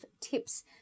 tips